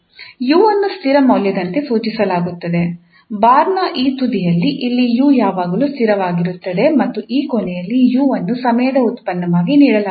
ಆದರೆ ಈ ಬಾರ್ನ ಈ ತುದಿಯಲ್ಲಿ ಇಲ್ಲಿ 𝑢 ಯಾವಾಗಲೂ ಸ್ಥಿರವಾಗಿರುತ್ತದೆ ಮತ್ತು ಈ ಕೊನೆಯಲ್ಲಿ 𝑢 ಅನ್ನು ಸಮಯದ ಉತ್ಪನ್ನವಾಗಿ ನೀಡಲಾಗುತ್ತದೆ